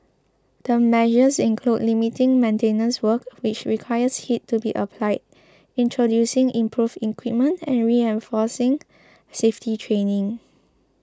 the measures include limiting maintenance work which requires heat to be applied introducing improved equipment and reinforcing safety training